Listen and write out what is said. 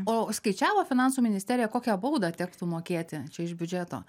o skaičiavo finansų ministerija kokią baudą tektų mokėti čia iš biudžeto